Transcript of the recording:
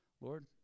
Lord